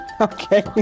Okay